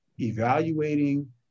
evaluating